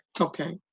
Okay